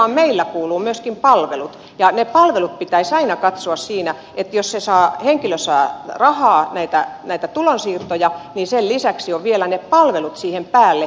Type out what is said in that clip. sosiaaliturvaan meillä kuuluvat myöskin palvelut ja ne palvelut pitäisi aina katsoa siinä että jos se henkilö saa rahaa näitä tulonsiirtoja niin sen lisäksi ovat vielä ne palvelut siihen päälle